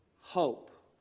Hope